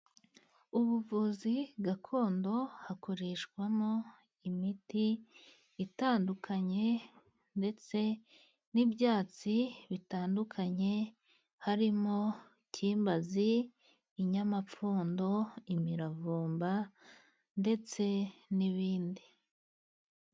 Ubuvuzi gakondo hakoreshwamo imiti itandukanye , ndetse n'ibyatsi bitandukanye harimo: kimbazi inyamapfundo ,imiravumba ndetse n'ibindi